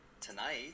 tonight